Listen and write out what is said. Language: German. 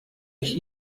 ich